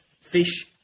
fish